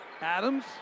Adams